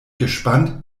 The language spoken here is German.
gespannt